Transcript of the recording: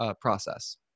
process